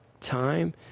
time